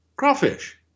Crawfish